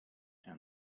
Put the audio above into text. and